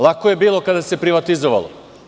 Lako je bilo kada se privatizovalo.